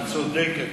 את צודקת,